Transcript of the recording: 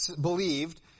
believed